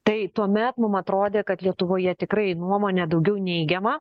tai tuomet mum atrodė kad lietuvoje tikrai nuomonė daugiau neigiama